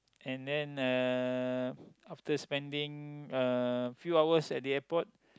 and then uh after spending a few hours at the airport